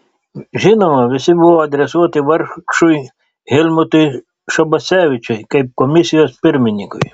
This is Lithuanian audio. žinoma visi buvo adresuoti vargšui helmutui šabasevičiui kaip komisijos pirmininkui